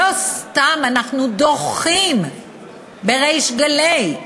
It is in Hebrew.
לא סתם אנחנו דוחים בריש גלי,